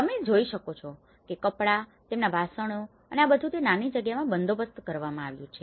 તમે જોઈ શકો છો કે કપડાં તેમના વાસણો અને આ બધું તે નાની જગ્યામાં બંદોબસ્ત કરવામાં આવ્યું છે